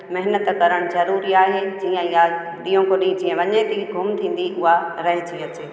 महिनतु करणु ज़रूरी आहे जीअं यादि ॾींहो को डींहुं वञे थी घुम थींदी उहा रहिजी अचे